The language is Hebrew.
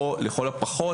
או לכל הפחות,